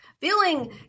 Feeling